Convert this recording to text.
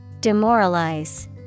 Demoralize